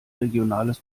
regionales